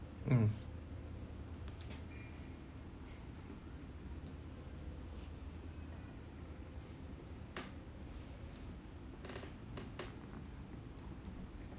mm